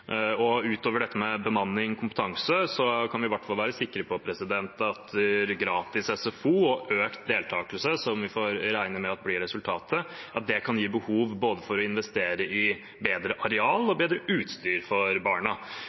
Utover dette med bemanning og kompetanse kan vi i hvert fall være sikre på at gratis SFO og økt deltakelse, som vi får regne med at blir resultatet, kan gi behov for å investere i både bedre areal og bedre utstyr for barna